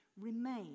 Remain